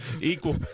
equal